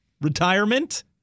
retirement